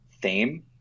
theme